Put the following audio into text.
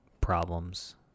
problems